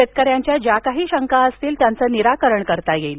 शेतकऱ्यांच्या ज्या काही शंका असतील त्यांचं निराकरण करता येईल